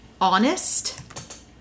honest